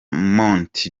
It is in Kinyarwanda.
mont